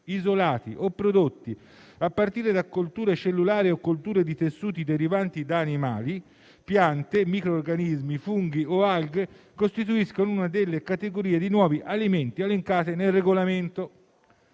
isolati o prodotti a partire da colture cellulari o colture di tessuti derivanti da animali, piante, microorganismi, funghi o alghe costituiscono una delle categorie di nuovi alimenti elencate nel regolamento;